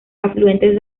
afluentes